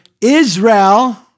Israel